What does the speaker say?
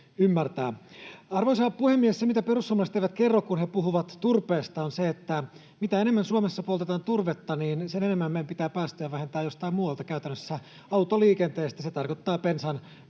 Arvoisa puhemies! Se, mitä perussuomalaiset eivät kerro, kun he puhuvat turpeesta, on se, että mitä enemmän Suomessa poltetaan turvetta, sen enemmän meidän pitää päästöjä vähentää jostain muualta, käytännössä autoliikenteestä — se tarkoittaa bensan